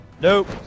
Nope